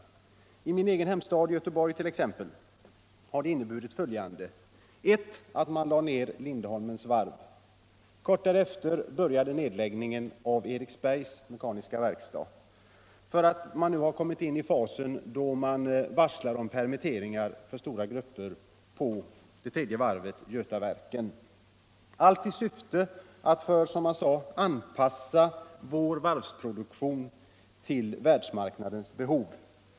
För min egen hemstad Göteborg har detta t.ex. inneburit följande: Först lade man ner Lindholmens varv. Kort därefter påbörjades nedläggningen av Eriksbergs Mekaniska Verkstad. Nu har man kommit in i den fasen att man varslar om permitteringar för stora grupper på det tredje varvet, Götaverken, allt i syfte att, som man sade, ”anpassa vår varvsproduktion till världsmarknadens behov”.